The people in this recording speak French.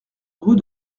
rue